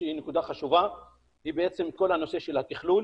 שהיא נקודה חשובה היא כל הנושא של התכלול.